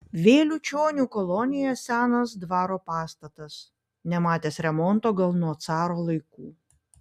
vėliučionių kolonija senas dvaro pastatas nematęs remonto gal nuo caro laikų